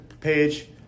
page